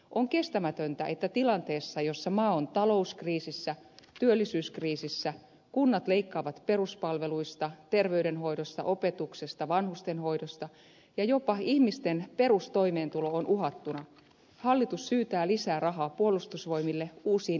on kestämätöntä että tilanteessa jossa maa on talouskriisissä työllisyyskriisissä kunnat leikkaavat peruspalveluista terveydenhoidosta opetuksesta vanhustenhoidosta ja jopa ihmisten perustoimeentulo on uhattuna hallitus syytää lisää rahaa puolustusvoimille uusiin investointeihin